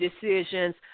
decisions